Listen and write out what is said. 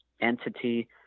entity